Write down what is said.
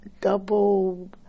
double